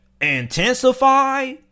intensify